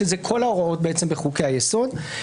שזה כל ההוראות בחוקי היסוד.